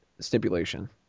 stipulation